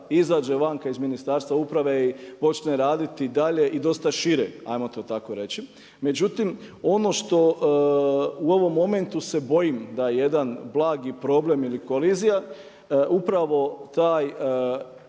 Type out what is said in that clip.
izađe vanka iz Ministarstva uprave i počne raditi dalje i dosta šire, ajmo to tako reći. Međutim, ono što u ovom momentu se bojim da je jedan blagi problem ili kolizija upravo to